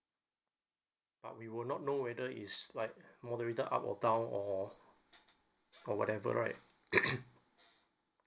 but we will not know whether is like moderated up or down or or whatever right